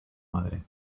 madre